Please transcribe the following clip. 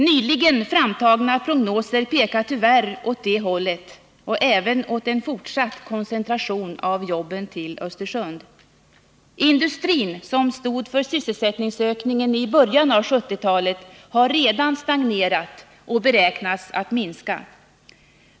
Nyligen framtagna prognoser pekar tyvärr åt det hållet och även på fortsatt koncentration av jobben till Östersund. Industrin, som stod för sysselsättningsökningen i början av 1970-talet, har redan stagnerat och beräknas minska.